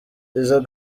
izo